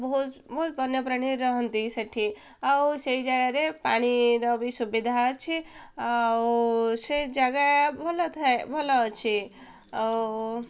ବହୁତ ବହୁତ ବନ୍ୟପ୍ରାଣୀ ରହନ୍ତି ସେଠି ଆଉ ସେଇ ଜାଗାରେ ପାଣିର ବି ସୁବିଧା ଅଛି ଆଉ ସେ ଜାଗା ଭଲ ଥାଏ ଭଲ ଅଛି ଆଉ